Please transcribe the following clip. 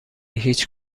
هیچ